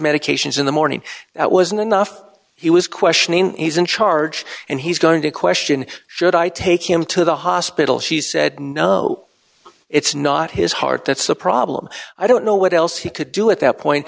medications in the morning that wasn't enough he was questioning he's in charge and he's going to question should i take him to the hospital she said no it's not his heart that's a problem i don't know what else he could do at that point